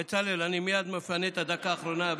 בצלאל, אני מייד מפנה את הדקה האחרונה בשבילכם.